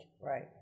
Right